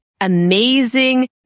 amazing